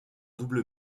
double